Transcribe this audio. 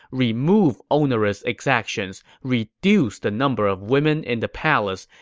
remove onerous exactions, reduce the number of women in the palace,